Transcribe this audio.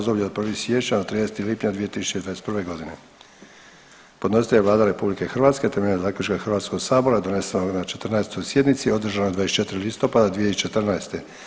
od 1. siječnja do 30. lipnja 2021. godine Podnositelj je Vlada RH temeljem Zaključka Hrvatskog sabora donesenog na 14. sjednici održanoj 24. listopada 2014.